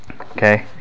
Okay